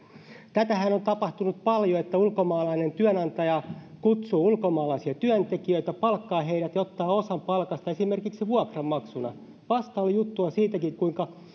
tätähän on tapahtunut paljon että ulkomaalainen työnantaja kutsuu ulkomaalaisia työntekijöitä palkkaa heidät ja ottaa osan palkasta esimerkiksi vuokranmaksuna vasta oli juttua siitäkin kuinka